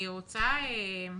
תודה על הדיון החשוב הזה, אני אגיד